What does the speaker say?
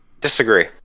Disagree